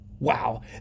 Wow